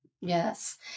Yes